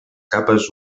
capes